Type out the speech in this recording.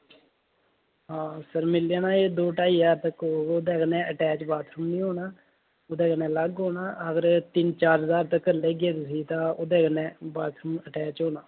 हां सर मिली जाना एह् दो ढाई ज्हार तक होग ते ओह्दे कन्नै अटैच बाथरुम नी होना ओह्दे कन्नै अलग होना अगर तिन्न चार ज्हार तकर लैगे तुसी तां ओह्दे कन्नै बाथरूम बाथरूम अटैच होना